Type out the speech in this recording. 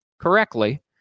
correctly